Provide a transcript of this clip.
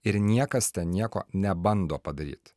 ir niekas ten nieko nebando padaryt